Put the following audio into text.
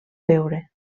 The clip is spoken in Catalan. veure